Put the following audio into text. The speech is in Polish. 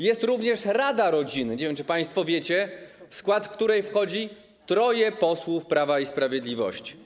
Jest również Rada Rodziny - nie wiem, czy państwo wiecie - w skład której wchodzi troje posłów Prawa i Sprawiedliwości.